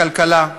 בכלכלה,